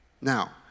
Now